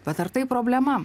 bet ar tai problema